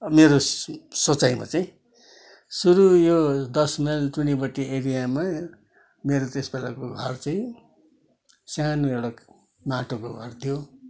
अब मेरो सोचाइमा चाहिँ सुरू यो दस माइल टुनिबोटे एरियामा मेरो त्यस बेलाको घर चाहिँ सानो एउटा माटोको घर थियो